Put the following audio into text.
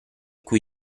cui